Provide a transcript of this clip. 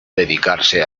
dedicarse